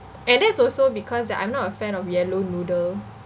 and that's also because I'm not a fan of yellow noodle